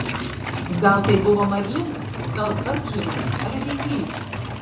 gal tai buvo marlinas gal kardžuvė ar ryklys